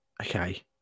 Okay